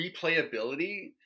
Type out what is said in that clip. replayability